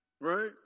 right